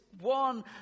one